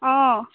অ